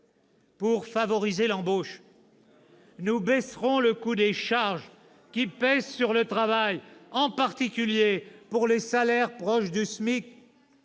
Pour favoriser l'embauche, nous baisserons le coût des charges qui pèsent sur le travail, en particulier pour les salaires proches du SMIC.